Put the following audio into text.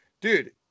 dude